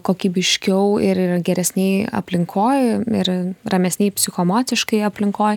kokybiškiau ir geresnėj aplinkoj ir ramesnėj psichoemociškai aplinkoj